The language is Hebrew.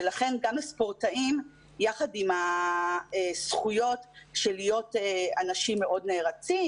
ולכן גם הספורטאים יחד עם הזכויות של להיות אנשים מאוד נערצים,